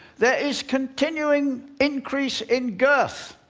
there is continuing increase in girth.